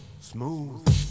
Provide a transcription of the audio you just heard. Smooth